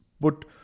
put